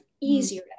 easier